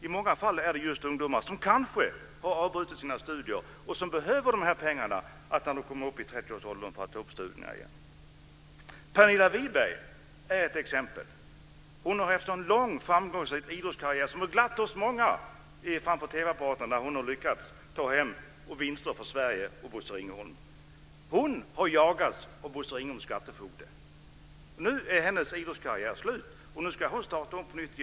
I många fall är det just ungdomar som kanske har avbrutit sina studier, som behöver pengarna när de kommer upp i 30-årsåldern och återupptar studierna. Pernilla Wiberg är ett exempel. Hon har under en lång och framgångsrik idrottskarriär glatt många av oss framför TV-apparaterna när hon lyckats ta hem vinster för Sverige. Hon har jagats av Bosse Ringholms skattefogde. Nu är hennes idrottskarriär slut. Nu ska hon starta på nytt.